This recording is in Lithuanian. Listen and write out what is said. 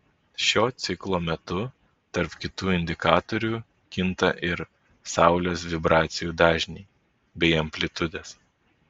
šio ciklo metu tarp kitų indikatorių kinta ir saulės vibracijų dažniai bei amplitudės